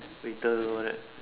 waiter all that